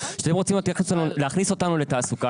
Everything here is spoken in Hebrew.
כשאתם רוצים להכניס אותנו לתעסוקה,